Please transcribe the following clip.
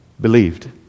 believed